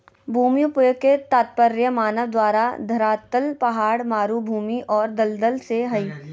भूमि उपयोग के तात्पर्य मानव द्वारा धरातल पहाड़, मरू भूमि और दलदल से हइ